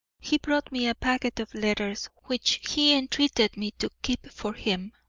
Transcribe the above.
he brought me a packet of letters which he entreated me to keep for him.